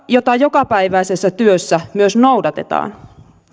jota jokapäiväisessä työssä myös noudatetaan